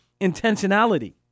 intentionality